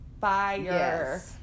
fire